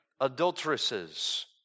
adulteresses